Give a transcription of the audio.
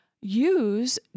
use